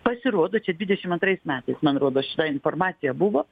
pasirodo čia dvidešim antrais metais man rodos šita informacija buvo